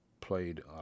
played